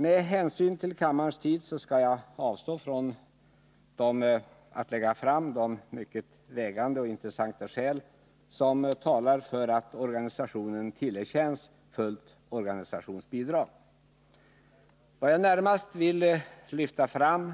Med hänsyn till tiden skall jag avstå från att lägga fram de mycket vägande och intressanta skäl som talar för att organisationen tillerkänns fullt organisationsbidrag. Jag vill närmast lyfta fram